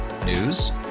news